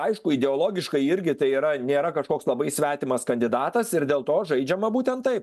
aišku ideologiškai irgi tai yra nėra kažkoks labai svetimas kandidatas ir dėl to žaidžiama būtent taip